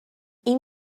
این